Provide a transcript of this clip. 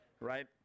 right